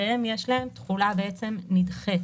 שיש להם תחולה נדחית: